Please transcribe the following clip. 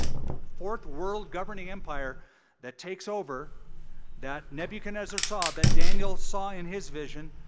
the fourth world governing empire that takes over that nebuchadnezzar saw, that daniel saw in his vision